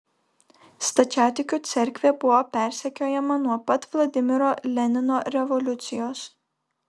stačiatikių cerkvė buvo persekiojama nuo pat vladimiro lenino revoliucijos